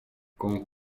con